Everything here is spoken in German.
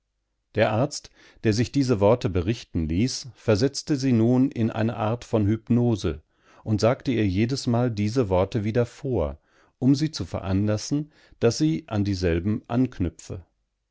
der arzt der sich diese worte berichten ließ versetzte sie nun in eine art von hypnose und sagte ihr jedesmal diese worte wieder vor um sie zu veranlassen daß sie an dieselben anknüpfe